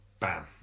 bam